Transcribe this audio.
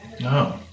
No